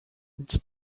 nic